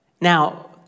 Now